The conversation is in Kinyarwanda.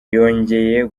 yongeye